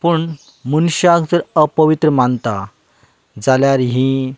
पूण मनशाक जर अपवित्र मानतात जाल्यार हीं